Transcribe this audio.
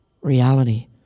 reality